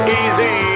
easy